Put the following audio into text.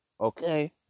Okay